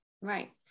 Right